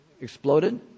exploded